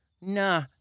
Nah